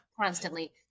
constantly